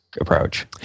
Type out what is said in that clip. Approach